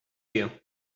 you